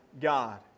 God